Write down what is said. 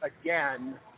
again